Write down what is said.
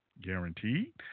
guaranteed